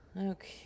Okay